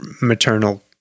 maternal